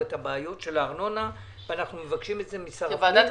את הבעיות של הארנונה ואנחנו מבקשים את זה משר הפנים.